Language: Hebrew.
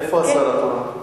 איפה השר התורן?